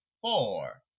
four